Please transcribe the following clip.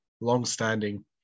longstanding